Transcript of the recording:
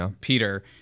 Peter